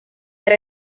era